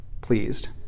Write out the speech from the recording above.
pleased